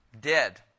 Dead